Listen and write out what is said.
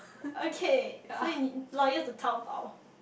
okay so in the loyal to Taobao